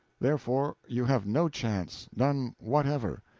therefore, you have no chance none whatever.